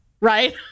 Right